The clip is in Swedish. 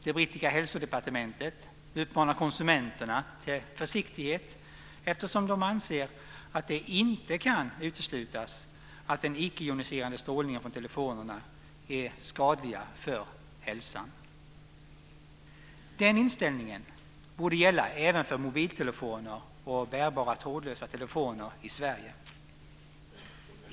Det brittiska hälsodepartementet uppmanar konsumenterna till försiktighet eftersom de anser att det inte kan uteslutas att den icke joniserande strålningen från telefonerna är skadlig för hälsan. Den inställningen borde även gälla för mobiltelefoner och bärbara, trådlösa telefoner i Sverige.